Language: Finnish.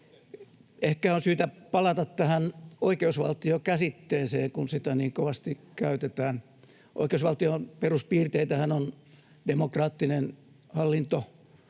Ehkä on syytä palata tähän oikeusvaltion käsitteeseen, kun sitä niin kovasti käytetään: oikeusvaltion peruspiirteitähän ovat demokraattinen hallinto,